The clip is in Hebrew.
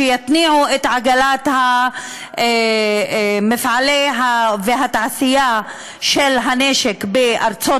שיתניעו את עגלת מפעלי התעשייה של הנשק בארצות